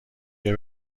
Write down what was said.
بیا